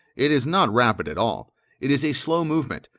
it is not rapid at all it is a slow movement,